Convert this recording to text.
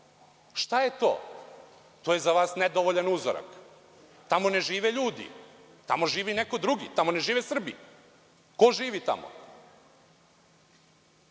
Šta je to? To je za vas nedovoljan uzorak. Tamo ne žive ljudi. Tamo živi neko drugi. Tamo ne žive Srbi. Ko živi